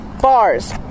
bars